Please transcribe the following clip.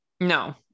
No